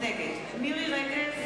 נגד מירי רגב,